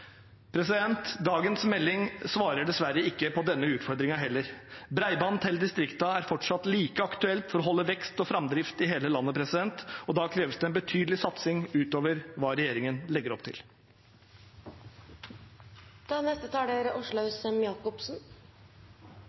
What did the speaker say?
Dagens melding svarer dessverre heller ikke på denne utfordringen. «Breiband til distrikta» er fortsatt like aktuelt for å holde vekst og framdrift i hele landet, og da kreves det en betydelig satsing utover hva regjeringen legger opp